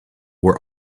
were